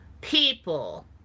people